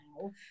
now